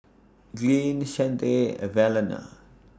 Glynn Chante Evalena